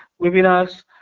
webinars